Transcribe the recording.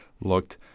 looked